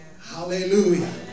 Hallelujah